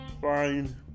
Fine